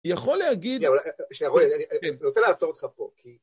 יכול להגיד... שנייה, רוי, אני רוצה לעצור אותך פה, כי...